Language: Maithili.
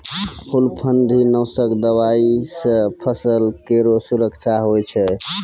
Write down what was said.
फफूंदी नाशक दवाई सँ फसल केरो सुरक्षा होय छै